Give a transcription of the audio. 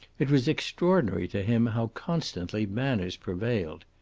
it was extraordinary to him how constantly manners prevailed.